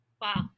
Wow